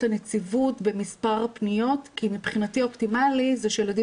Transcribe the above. הנציבות במספר הפניות כי מבחינתי האופטימלי זה שילדים